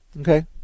Okay